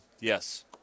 Yes